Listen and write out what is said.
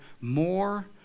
more